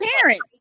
parents